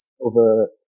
over